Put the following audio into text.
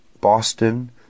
Boston